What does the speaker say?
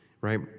right